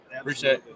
appreciate